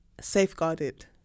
safeguarded